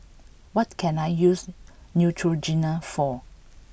what can I use Neutrogena for